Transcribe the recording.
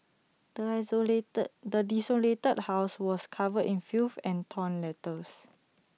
the isolated the desolated house was covered in filth and torn letters